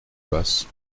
basse